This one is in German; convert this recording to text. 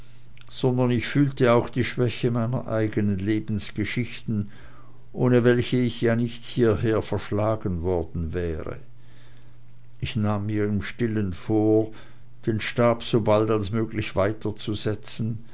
sondern ich fühlte auch die schwäche meiner eigenen lebensgeschichten ohne welche ich ja nicht hierher verschlagen worden wäre ich nahm mir im stillen vor den stab so bald als möglich